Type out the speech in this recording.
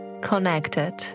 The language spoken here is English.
Connected